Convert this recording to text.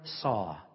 saw